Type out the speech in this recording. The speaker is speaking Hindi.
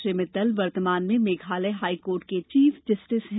श्री मित्तल वर्तमान में मेघालय हाईकोर्ट के चीफ जस्टिस हैं